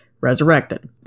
resurrected